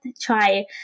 try